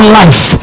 life